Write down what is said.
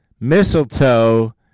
mistletoe